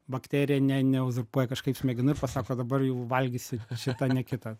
bakterija ne neuzurpuoja kažkaip smegenų ir pasako dabar jau valgysi šitą ne kitą